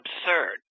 absurd